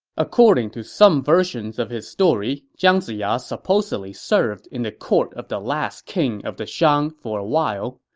according to some versions of his story, jiang ziya supposedly served in the court of the last king of the shang for a while,